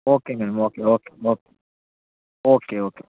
okay okay okay okay okay